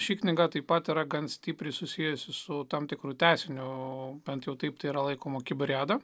ši knyga taip pat yra gan stipriai susiejusi su tam tikru tęsiniu bent jau taip tai yra laikoma kiberiada